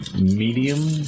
medium